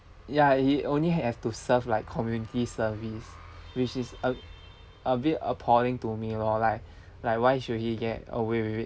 ya he only have to serve like community service which is a a bit appalling to me lor like like why should he get away with it